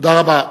תודה רבה.